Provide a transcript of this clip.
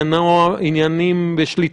היו לי דיונים מקדימים עם המל"ל,